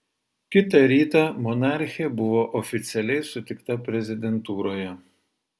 kitą rytą monarchė buvo oficialiai sutikta prezidentūroje